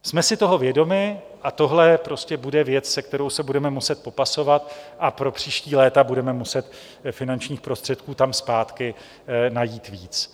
Jsme si toho vědomi a tohle prostě bude věc, se kterou se budeme muset popasovat a pro příští léta budeme muset finančních prostředků tam zpátky najít víc.